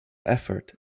effort